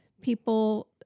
people